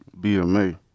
BMA